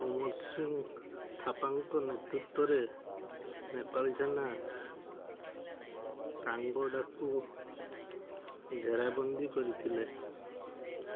ଅମର ସିଂ ଥାପାଙ୍କ ନେତୃତ୍ୱରେ ନେପାଳୀ ସେନା କାଙ୍ଗଡ଼ାକୁ ଘେରାବନ୍ଦୀ କରିଥିଲେ